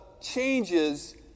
changes